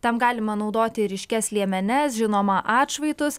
tam galima naudoti ryškias liemenes žinoma atšvaitus